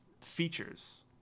features